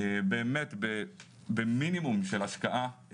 באמת במינימום של השקעה,